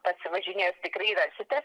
pasivažinėjus tikrai rasite